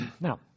Now